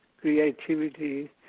creativity